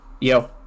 Yo